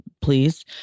please